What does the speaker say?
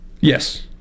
Yes